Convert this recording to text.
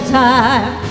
time